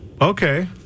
Okay